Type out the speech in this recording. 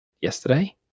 yesterday